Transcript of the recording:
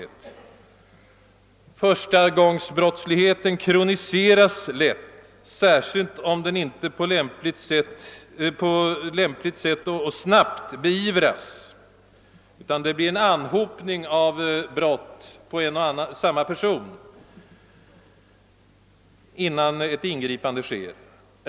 Det är viktigt att besinna att förstagångsbrottsligheten lätt kroniseras, om den inte snabbt och på lämpligt sätt beivras utan en anhopning av brott begångna av en och samma person uppkommer innan ett ingripande sker.